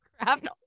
craft